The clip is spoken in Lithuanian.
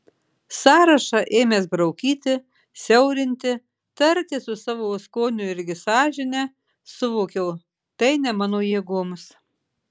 sąrašą ėmęs braukyti siaurinti tartis su savo skoniu irgi sąžine suvokiau tai ne mano jėgoms